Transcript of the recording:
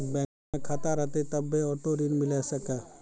बैंको मे खाता रहतै तभ्भे आटो ऋण मिले सकै